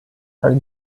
her